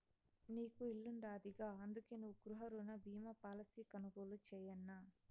నీకు ఇల్లుండాదిగా, అందుకే నువ్వు గృహరుణ బీమా పాలసీ కొనుగోలు చేయన్నా